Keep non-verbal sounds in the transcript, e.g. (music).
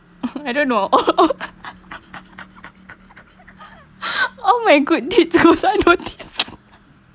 I don't know (laughs) oh (laughs) oh my good did